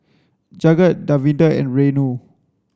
Jagat Davinder and Renu